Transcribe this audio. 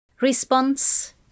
Response